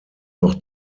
noch